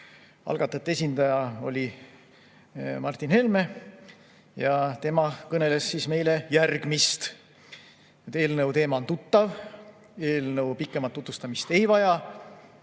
Algatajate esindaja oli Martin Helme ja tema kõneles meile järgmist: eelnõu teema on tuttav, eelnõu pikemat tutvustamist ei vaja.